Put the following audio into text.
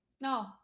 no